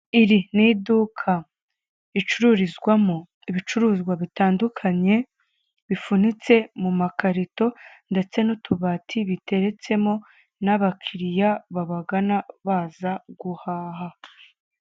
Iri ni iduka ricururizwamo ibicuruzwamo bitandukanye bifunitse mu makarito ndetse n'utubati biteretsemo n'abakiriya babagana baza guhaha.